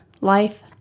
life